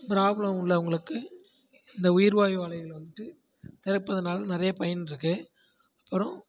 problem உள்ளவங்களுக்கு இந்த உயிர் வாயு ஆலைகள் வந்துட்டு கிடைப்பதுனால நிறைய பயன் இருக்கு அப்புறம்